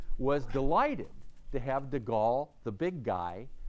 was delighted to have de gaulle, the big guy,